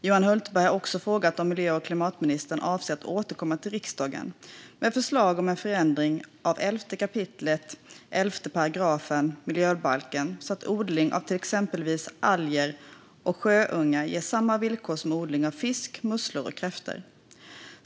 Johan Hultberg har också frågat om miljö och klimatministern avser att återkomma till riksdagen med förslag om en förändring av 11 kap. 11 § miljöbalken så att odling av exempelvis alger och sjöpungar ges samma villkor som odling av fisk, musslor och kräftor.